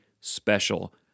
special